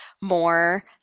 more